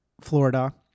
Florida